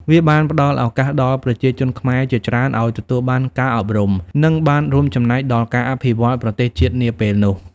វាបានផ្តល់ឱកាសដល់ប្រជាជនខ្មែរជាច្រើនឱ្យទទួលបានការអប់រំ និងបានរួមចំណែកដល់ការអភិវឌ្ឍប្រទេសជាតិនាពេលនោះ។